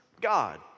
God